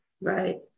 Right